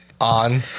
on